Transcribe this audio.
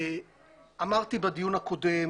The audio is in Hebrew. אמרתי בדיון הקודם